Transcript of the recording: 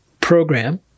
program